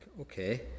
Okay